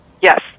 Yes